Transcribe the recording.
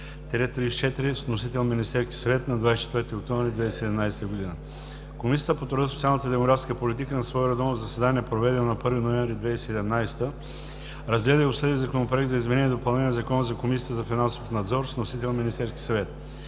702-01-34, внесен от Министерския съвет на 24 октомври 2017 г. Комисията по труда, социалната и демографската политика на свое редовно заседание, проведено на 1 ноември 2017 г., разгледа и обсъди Законопроекта за изменение и допълнение на Закона за Комисията за финансов надзор с вносител Министерския съвет.